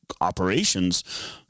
operations